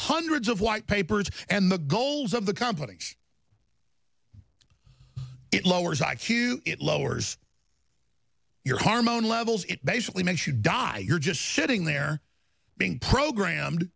hundreds of white papers and the goals of the companies it lowers i q it lowers your harmonix levels it basically makes you die you're just sitting there being programmed